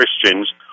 Christians